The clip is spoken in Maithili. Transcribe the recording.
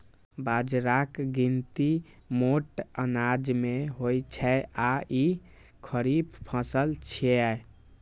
बाजराक गिनती मोट अनाज मे होइ छै आ ई खरीफ फसल छियै